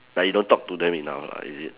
like you don't talk to them enough lah is it